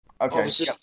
Okay